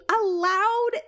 allowed